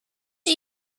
are